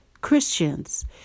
Christians